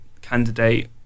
candidate